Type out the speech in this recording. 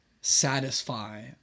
satisfy